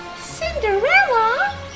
Cinderella